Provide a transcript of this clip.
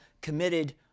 committed